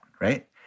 right